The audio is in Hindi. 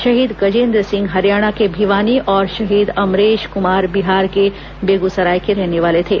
शहीद गजेन्द्र सिंह हरियाणा के भिवानी और शहीद अमरेश कुमार बिहार के बेगूसराय के रहने वाले थे